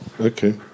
Okay